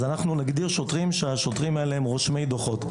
אז אנחנו נגדיר שוטרים שהם רושמי דוחות.